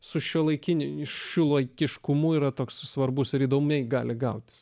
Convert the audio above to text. su šiuolaikiniu šiuolaikiškumu yra toks svarbus ir įdomiai gali gautis